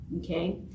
okay